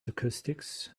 acoustics